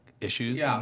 issues